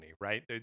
right